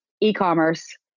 e-commerce